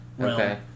Okay